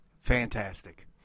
Fantastic